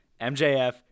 MJF